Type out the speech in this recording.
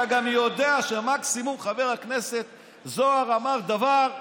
אתה גם יודע שמקסימום חבר הכנסת זוהר אמר דבר,